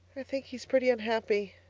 i think he's pretty unhappy,